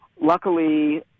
luckily –